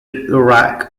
iraq